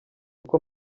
uko